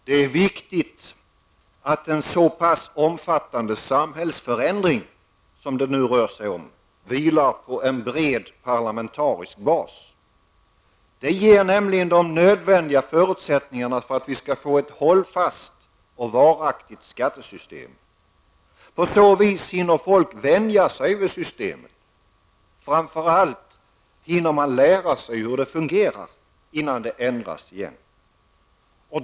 Det är viktigt att en så pass omfattande samhällsförändring som den som det nu rör sig om vilar på en bred parlamentarisk bas. Den ger nämligen de nödvändiga förutsättningarna för att vi skall få ett hållfast och varaktigt skattesystem. På så vis hinner människor vänja sig vid systemet. Framför allt hinner man lära sig hur det fungerar innan det ändras igen.